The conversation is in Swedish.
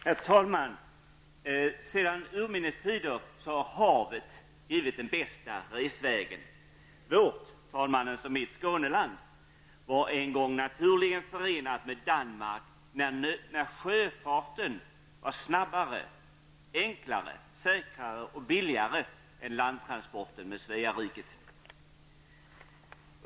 Herr talman! Sedan urminnestider har havet givit den bästa resvägen. Vårt -- talmannens och mitt -- Skåneland var en gång naturligen förenat med Danmark, när sjöfarten var snabbare, enklare, säkrare och billigare än landtransporten till Sveariket.